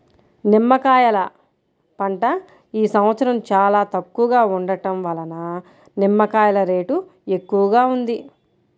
నిమ్మకాయల పంట ఈ సంవత్సరం చాలా తక్కువగా ఉండటం వలన నిమ్మకాయల రేటు ఎక్కువగా ఉంది